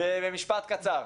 משפט קצר.